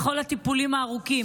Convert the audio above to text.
בכל הטיפולים הארוכים,